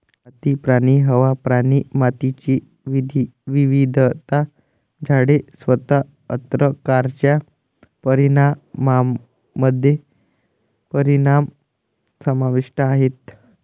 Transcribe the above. माती, पाणी, हवा, प्राणी, मातीची विविधता, झाडे, स्वतः अन्न कारच्या परिणामामध्ये परिणाम समाविष्ट आहेत